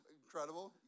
incredible